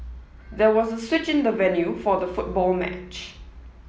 there was a switch in the venue for the football match